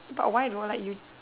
but why though like you